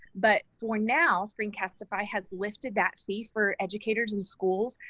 but, for now, screencastify has lifted that fee for educators and schools.